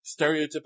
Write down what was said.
stereotypical